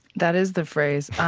that is the phrase.